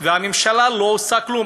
והממשלה לא עושה כלום.